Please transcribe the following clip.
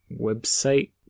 website